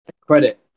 credit